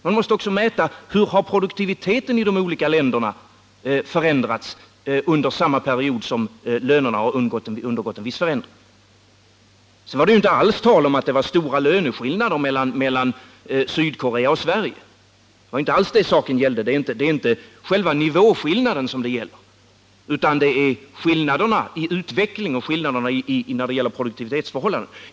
Man måste också mäta hur produktiviteten i de olika länderna förändrats under samma period som lönerna undergått en viss förändring. Det var inte alls tal om att det var stora löneskillnader mellan Sydkorea och Sverige. Det var inte detta saken gällde. Det gäller inte själva nivån utan skillnaderna i utveckling och skillnaderna när det gäller produktivitet.